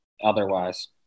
otherwise